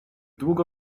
długo